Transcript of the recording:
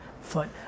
foot